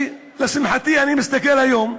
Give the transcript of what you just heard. לשמחתי, אני מסתכל היום,